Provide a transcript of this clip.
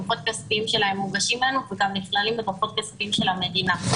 הדוחות הכספיים שלהם מוגשים לנו וגם נכללים בדוחות הכספיים של המדינה.